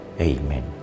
amen